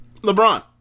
LeBron